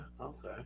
okay